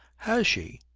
has she?